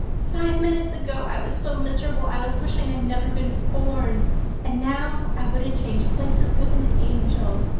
five minutes ago i was so miserable i was wishing i'd never been born and now i wouldn't change places with an angel!